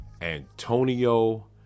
Antonio